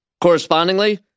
Correspondingly